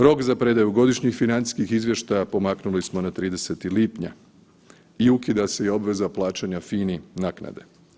Rok za predaju godišnjih financijskih izvještaja pomaknuli smo na 30. lipnja i ukida se i obveza plaćanja FINA-i naknade.